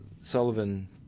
Sullivan